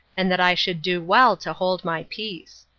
and that i should do well to hold my peace.